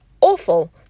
awful